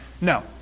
No